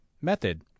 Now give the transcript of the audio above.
Method